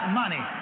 money